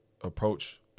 approach